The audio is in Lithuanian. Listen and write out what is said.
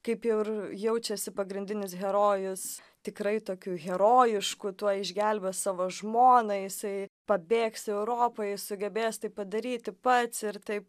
kaip jau ir jaučiasi pagrindinis herojus tikrai tokių herojišku tuoj išgelbės savo žmoną jisai pabėgs į europą jis sugebės tai padaryti pats ir tai